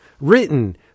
Written